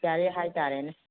expiry ꯍꯥꯏ ꯇꯥꯔꯦꯅꯦ